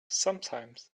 sometimes